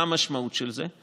מה המשמעות של זה?